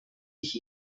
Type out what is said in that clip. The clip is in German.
ich